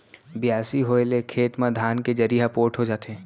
बियासी होए ले खेत म धान के जरी ह पोठ हो जाथे